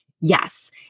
Yes